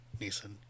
Neeson